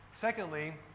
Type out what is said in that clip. Secondly